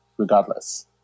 regardless